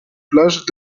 plages